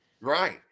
Right